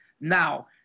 Now